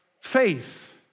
faith